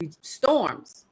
storms